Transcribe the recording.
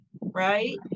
Right